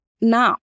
Now